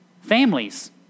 Families